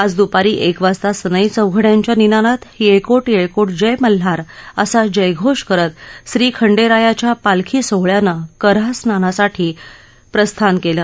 आज दुपारी एक वाजता सनई चौघड्यांच्या निनादात येळकोट येळकोट जय मल्हार असा जयघोष करत श्री खंडेरायाच्या पालखी सोहळ्यानं कन्हा स्नानासाठी प्रस्थान ठेवलं